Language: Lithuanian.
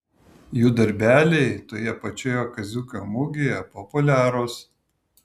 jų darbeliai toje pačioje kaziuko mugėje populiarūs